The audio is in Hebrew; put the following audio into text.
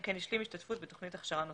כן השלים השתתפות בתוכנית הכשרה נוספת.